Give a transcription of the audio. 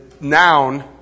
noun